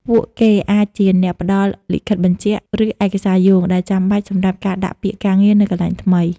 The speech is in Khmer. ពួកគេអាចជាអ្នកផ្តល់ លិខិតបញ្ជាក់ ឬឯកសារយោង ដែលចាំបាច់សម្រាប់ការដាក់ពាក្យការងារនៅកន្លែងថ្មី។